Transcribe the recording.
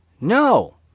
No